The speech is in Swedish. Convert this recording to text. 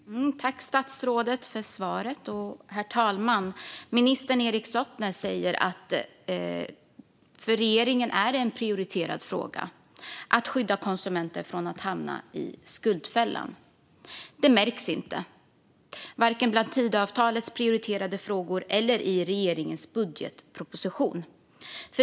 Herr talman! Jag tackar statsrådet för svaret. Minister Erik Slottner säger att det är en prioriterad fråga för regeringen att skydda konsumenter från att hamna i skuldfällan. Men detta märks inte vare sig i Tidöavtalets prioriterade frågor eller i regeringens budgetproposition.